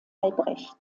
albrecht